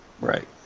Right